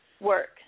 Work